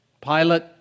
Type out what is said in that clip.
Pilate